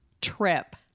trip